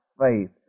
faith